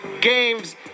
games